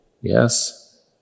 yes